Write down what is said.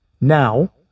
Now